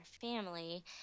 family